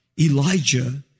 Elijah